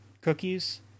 cookies